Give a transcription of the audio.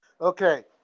Okay